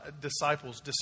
disciples